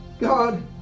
God